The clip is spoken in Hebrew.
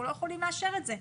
אנחנו לא יכולים לאשר את זה.